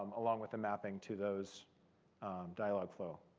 um along with the mapping to those dialogflow.